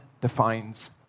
defines